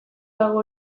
dago